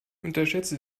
unterschätze